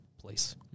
place